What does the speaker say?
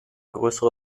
größere